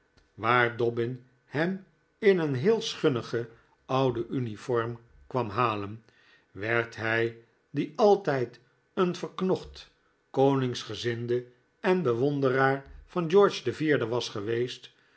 waar dobbin hem in een heel schunnige oude uniform kwam halen werd hij die altijd een verknocht koningsgezinde en bewonderaar van george iv was geweest